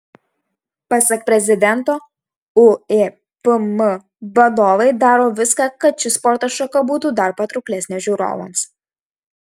pasak prezidento uipm vadovai daro viską kad ši sporto šaka būtų dar patrauklesnė žiūrovams